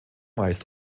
meist